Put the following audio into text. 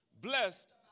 blessed